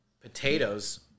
potatoes